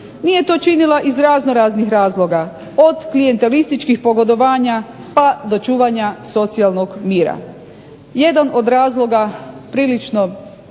Nije to činila iz raznoraznih razloga, od klijentelističkih pogodovanja pa do čuvanja socijalnog mira.